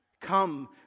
Come